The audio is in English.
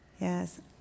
Yes